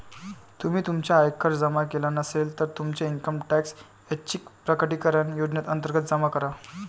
तुम्ही तुमचा आयकर जमा केला नसेल, तर तुमचा इन्कम टॅक्स ऐच्छिक प्रकटीकरण योजनेअंतर्गत जमा करा